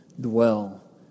dwell